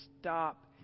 stop